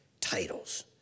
titles